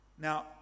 now